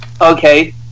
Okay